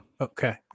Okay